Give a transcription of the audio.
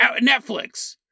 Netflix